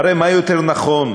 הרי מה יותר נכון,